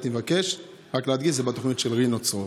הייתי מבקש רק להדגיש: זה בתוכנית של רינו צרור.